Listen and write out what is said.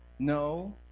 No